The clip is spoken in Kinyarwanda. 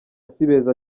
sibeza